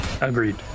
Agreed